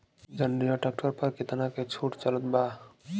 जंडियर tractor पर कितना के छूट चलत बा?